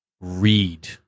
read